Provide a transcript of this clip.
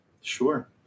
Sure